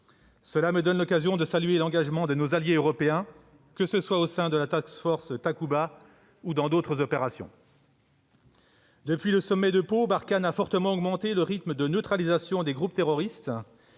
Cela me donne l'occasion de saluer l'engagement de nos alliés européens, que ce soit au sein de la Takuba ou dans d'autres opérations. Depuis le sommet de Pau, Barkhane a fortement accéléré le rythme de neutralisation des groupes terroristes.